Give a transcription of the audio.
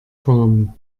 fahren